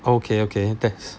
okay okay that's